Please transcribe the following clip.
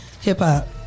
hip-hop